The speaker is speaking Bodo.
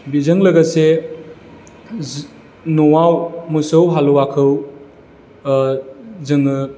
बिजों लोगोसे न'आव मोसौ हालुवाखौ जोङो